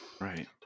Right